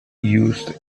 used